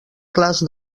clars